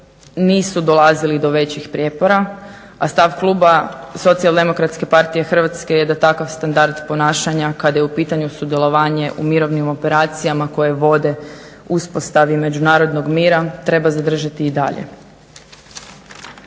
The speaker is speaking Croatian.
nisu dolazili do većih prijepora, a stav kluba Socijaldemokratske partije Hrvatske je da takav standard ponašanja kada je u pitanju sudjelovanje u mirovnim operacijama koje vode uspostavi međunarodnog mira treba zadržati i dalje.